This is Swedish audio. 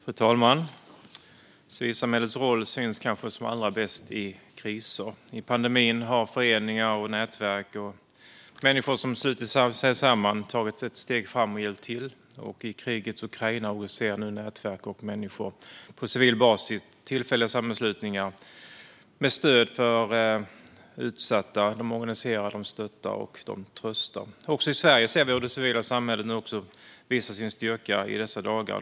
Fru talman! Civilsamhällets roll syns kanske allra bäst i kriser. Under pandemin har föreningar, nätverk och människor slutit sig samman och tagit ett steg framåt och hjälpt till. I krigets Ukraina ser vi nu hur nätverk, människor på civil basis och tillfälliga sammanslutningar ger stöd till utsatta. De organiserar, stöttar och tröstar. Också i Sverige ser vi hur det civila samhället visar sin styrka i dessa dagar.